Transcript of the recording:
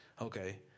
Okay